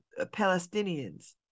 Palestinians